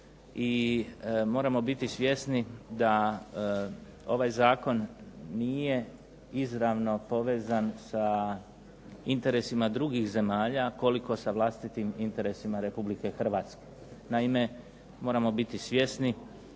i moramo biti svjesni da ovaj zakon nije izravno povezan sa interesima drugih zemalja koliko sa vlastitim interesima Republike Hrvatske. Naime moramo biti svjesni